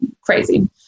crazy